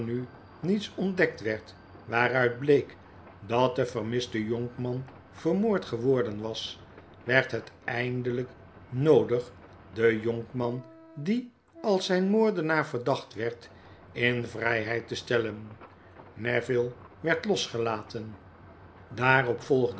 niets ontdekt werd waaruit bleek dat de vermiste jonkman vermoord geworden was werd het eindelyk noodig den jonkman die als zyn moordenaar verdacht werd in vrijheid te stellen neville werd losgelaten daarop